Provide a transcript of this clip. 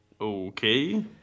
okay